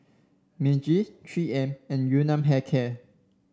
Meiji Three M and Yun Nam Hair Care